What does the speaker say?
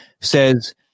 says